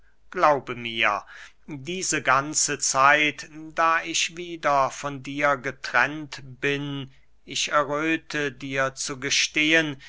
glaube mir diese ganze zeit da ich wieder von dir getrennt bin ich erröthe dir